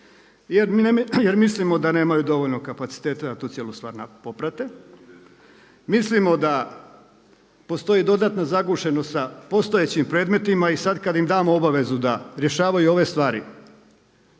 jer mislimo da nemaju dovoljno kapaciteta da tu cijelu stvar poprate. Mislimo da postoji dodatna zagušenost sa postojećim predmetima i sad kad im damo obavezu da rješavaju ove stvari